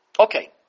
Okay